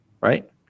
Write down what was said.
Right